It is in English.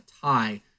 tie